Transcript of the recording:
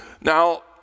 Now